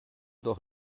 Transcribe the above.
doch